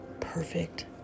perfect